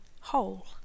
whole